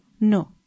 No